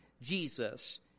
Jesus